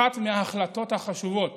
אחת מההחלטות החשובות